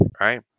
right